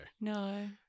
No